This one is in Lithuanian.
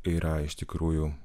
yra iš tikrųjų